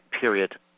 period